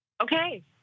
Okay